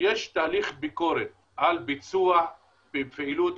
יש תהליך ביקורת על ביצוע בפעילות,